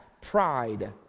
pride